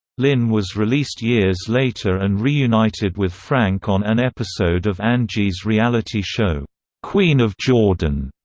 lynn was released years later and reunited with frank on an episode of angie's reality show queen of jordan.